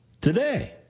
today